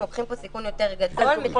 לוקחים פה סיכון יותר גדול -- אז הוא חותמת גומי?